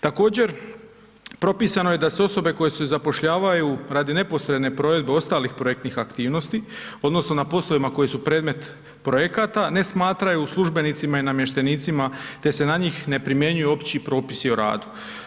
Također, propisano je da se osobe koje se zapošljavaju radi neposredne provedbe ostalih projektnih aktivnosti odnosno na poslovima koji su predmet projekata ne smatraju službenicima i namještenicima te se na njih ne primjenjuju opći propisi o radu.